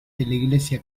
iglesia